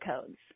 codes